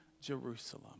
Jerusalem